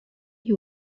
you